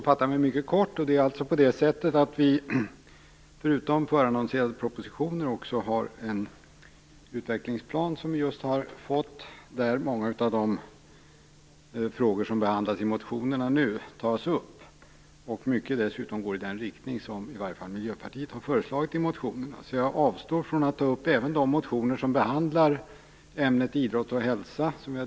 Fru talman! Förutom påannonserade proposition har vi också just fått en utvecklingsplan där många av de frågor som behandlas i motionerna tas upp. Mycket av detta går i den riktning som Miljöpartiet har föreslagit i sina motioner. Jag avstår därför att ta upp även de motioner som behandlar ämnet idrott och hälsa.